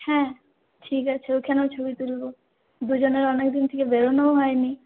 হ্যাঁ ঠিক আছে ওইখানেও ছবি তুলব দু জনের অনেকদিন থেকে বেরোনোও হয়নি